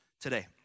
today